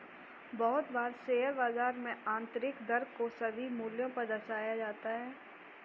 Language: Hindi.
बहुत बार शेयर बाजार में आन्तरिक दर को सभी मूल्यों पर दर्शाया जाता है